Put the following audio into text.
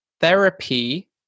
therapy